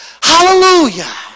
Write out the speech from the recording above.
hallelujah